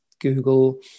Google